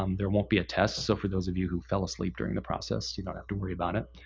um there won't be a test so for those of you who fell asleep during the process you don't have to worry about it.